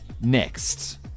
next